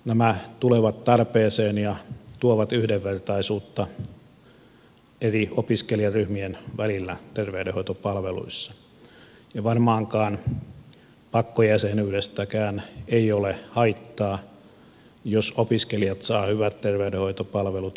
nämä tulevat tarpeeseen ja tuovat yhdenvertaisuutta eri opiskelijaryhmien välillä terveydenhoitopalveluissa ja varmaankaan pakkojäsenyydestäkään ei ole haittaa jos opiskelijat saavat hyvät terveydenhoitopalvelut